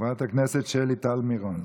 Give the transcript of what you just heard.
חברת הכנסת שלי טל מירון,